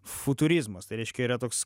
futurizmas tai reiškia yra toks